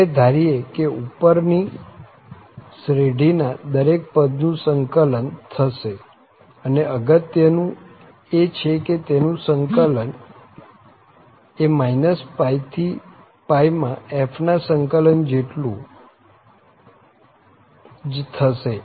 આપણે ધારીએ કે ઉપર ની શ્રેઢીના દરેક પદનું સંકલન થશે અને અગત્ય નું એ છે કે તેનું સંકલન એ π થી માં f ના સંકલન જેટલું જ થશે